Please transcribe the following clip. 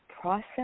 process